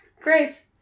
Grace